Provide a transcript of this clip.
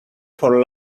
for